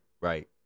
right